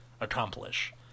accomplish